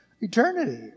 eternity